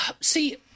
See